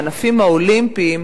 בענפים האולימפיים,